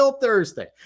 Thursday